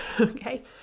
Okay